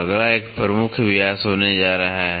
अगला एक प्रमुख व्यास होने जा रहा है